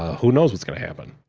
who knows what's gonna happen?